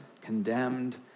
condemned